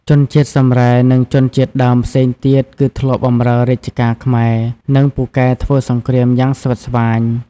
ជនជាតិសម្រែ និងជនជាតិដើមផ្សេងទៀតគឺធ្លាប់បម្រើរាជការខ្មែរ និងពូកែធ្វើសង្គ្រាមយ៉ាងស្វិតស្វាញ។